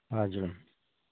हजुर